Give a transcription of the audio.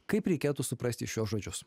kaip reikėtų suprasti šiuos žodžius